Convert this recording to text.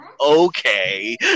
Okay